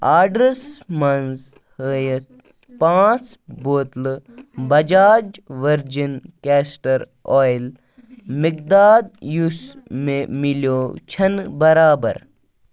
آڈرَس منٛز ہٲیِتھ پانٛژھ بوتلہٕ بَجاج ؤرجِن کیسٹَر اویِل مِقداد یُس مےٚ مِلیو چھَنہٕ بَرابَر